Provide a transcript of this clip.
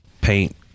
paint